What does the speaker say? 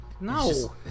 No